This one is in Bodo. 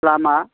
लामा